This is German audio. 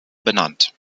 benannt